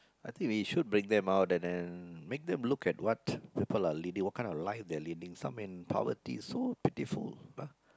I think we should bring them out and then make them look at what people leadi~ what kind of life they are leading some in poverty so pitiful